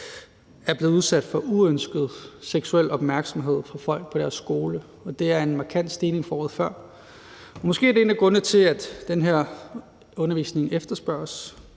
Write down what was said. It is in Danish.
er blevet udsat for uønsket seksuel opmærksomhed fra folk på deres skole, og det er en markant stigning fra året før. Måske er det en af grundene til, at den her undervisning efterspørges.